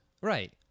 Right